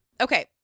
Okay